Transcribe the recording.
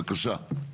בבקשה.